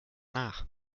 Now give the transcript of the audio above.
nach